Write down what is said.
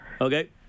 Okay